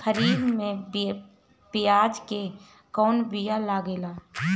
खरीफ में प्याज के कौन बीया लागेला?